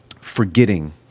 forgetting